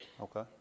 Okay